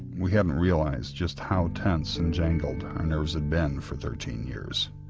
we hadn't realised just how tense and jangled our nerves had been for thirteen years.